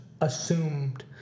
assumed